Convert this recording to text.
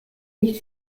nicht